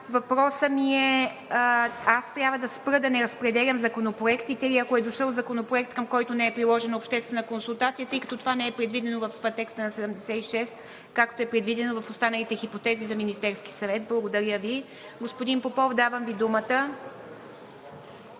Въпросът ми е: не трябва да разпределям законопроектите или ако е дошъл законопроект, към който не е приложена обществена консултация? Това не е предвидено в текста на чл. 76, както е предвидено в останалите хипотези за Министерския съвет. Благодаря Ви. Господин Попов, давам Ви думата.